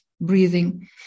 breathing